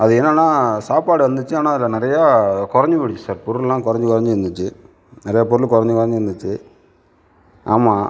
அது என்னன்னா சாப்பாடு வந்துச்சு ஆனால் அதில் நிறையா குறஞ்சி போய்டுச்சி சார் பொருள்லாம் குறஞ்சி குறஞ்சி இருந்துச்சு நிறையா பொருள் குறஞ்சி குறஞ்சி இருந்துச்சு ஆமாம்